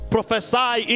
Prophesy